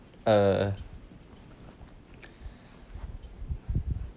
uh